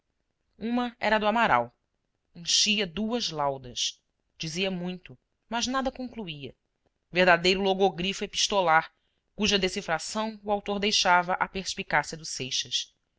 uma era do amaral enchia duas laudas dizia muito mas nada concluía verdadeiro logogrifo epistolar cuja decifração o autor deixava à perspicácia do seixas